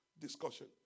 discussion